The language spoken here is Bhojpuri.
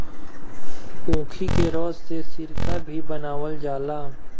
ऊखी के रस से सिरका भी बनावल जाला